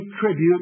tribute